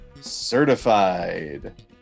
Certified